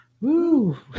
Woo